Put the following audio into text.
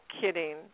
kidding